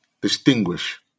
distinguish